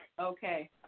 Okay